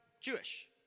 Jewish